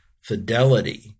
Fidelity